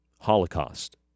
holocaust